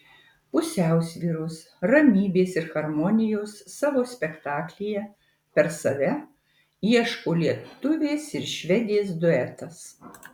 pusiausvyros ramybės ir harmonijos savo spektaklyje per save ieško lietuvės ir švedės duetas